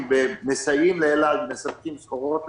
ומסייעים לאל-על ומספקים סחורות לאל-על.